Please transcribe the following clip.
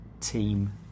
team